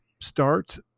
start